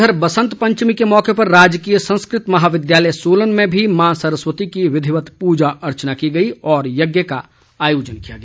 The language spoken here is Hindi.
इधर बसंत पंचमी के मौके पर राजकीय संस्कृत महाविद्यालय सोलन में भी मां सरस्वती की विधिवत पूजा अर्चना की गई और यज्ञ का आयोजन किया गया